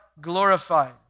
glorified